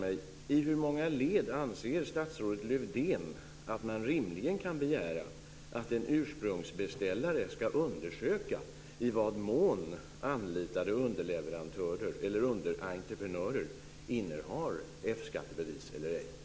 I hur många led anser statsrådet Lövdén att man rimligen kan begära att en ursprungsbeställare ska undersöka i vad mån anlitade underleverantörer eller underentreprenörer innehar F-skattebevis eller ej?